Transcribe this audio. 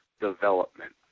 development